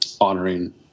honoring